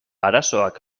arazoak